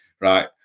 right